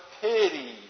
pity